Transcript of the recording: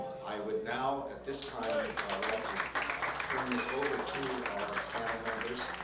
i would now at this time like to turn this over to our panel members.